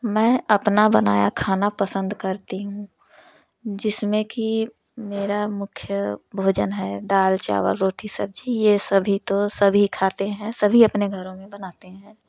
मैं अपना बनाया खाना पसंद करती हूँ जिसमें की मेरा मुख्य भोजन है दाल चावल रोटी सब्जी ये सभी तो सभी खाते हैं सभी अपने घरों में बनाते हैं